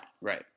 Right